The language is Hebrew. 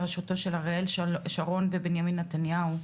ברשותו של אריאל שרון ובנימין נתניהו,